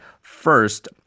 first